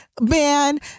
man